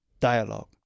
dialogue